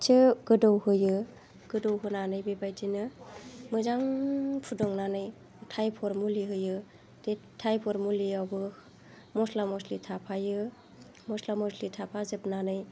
थिग गोदौ होयो गोदौ होनानै बेबायदिनो मोजां फुदुंनानै थायफइड मुलि होयो बे थायफइड मुलियाबो मस्ला मस्लि थाफायो मस्ला मस्लि थाफाजोबनानै